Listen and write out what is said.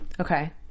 Okay